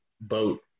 boat